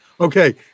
okay